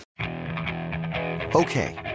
Okay